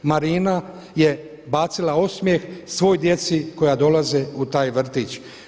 Marina je bacila osmjeh svoj djeci koja dolaze u taj vrtić.